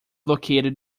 located